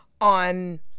On